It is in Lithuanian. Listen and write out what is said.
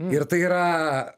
ir tai yra